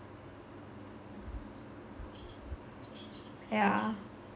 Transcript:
yeah